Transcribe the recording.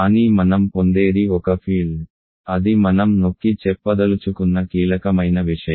కానీ మనం పొందేది ఒక ఫీల్డ్ అది మనం నొక్కి చెప్పదలుచుకున్న కీలకమైన విషయం